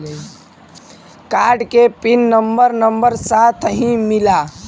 Card के pin number number साथही मिला?